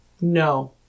No